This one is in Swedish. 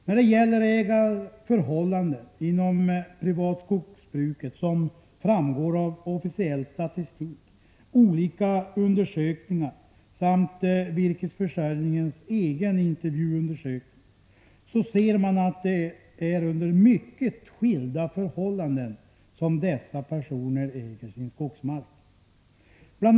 När det gäller ägandeförhållanden inom skogsbruket som framgår av officiell statistik, olika undersökningar samt virkesförsörjningens egen intervjuundersökning, så ser man att det är under mycket skilda förhållanden som dessa personer äger sin skogsmark. Bl.